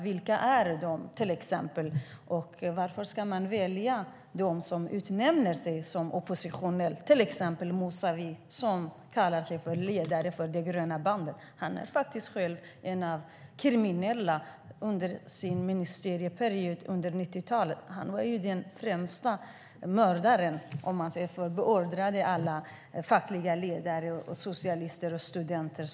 Vilka är de, och varför ska man välja dem som utnämner sig som oppositionella, till exempel Mousavi, som kallar sig ledare för Gröna bandet? Han var faktiskt själv kriminell under sin ministerperiod på 90-talet. Han var den främste "mördaren" och beordrade mord på fackliga ledare, socialister och studenter.